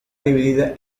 dividida